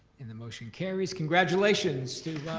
and the motion carries. congratulations to